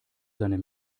seine